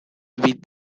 with